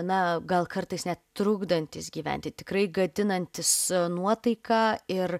na gal kartais net trukdantis gyventi tikrai gadinantis nuotaiką ir